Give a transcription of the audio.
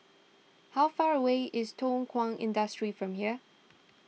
how far away is Thow Kwang Industry from here